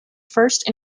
first